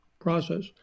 process